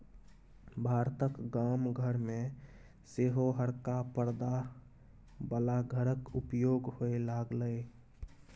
भारतक गाम घर मे सेहो हरका परदा बला घरक उपयोग होए लागलै